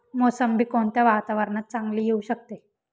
मोसंबी कोणत्या वातावरणात चांगली येऊ शकते?